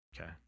Okay